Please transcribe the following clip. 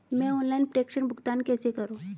मैं ऑनलाइन प्रेषण भुगतान कैसे करूँ?